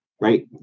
right